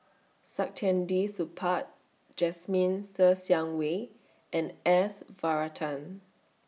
Saktiandi Supaat Jasmine Ser Xiang Wei and S Varathan